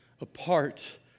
Apart